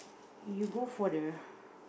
you go for the